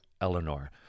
Eleanor